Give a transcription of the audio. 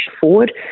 forward